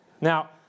Now